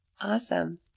Awesome